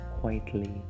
quietly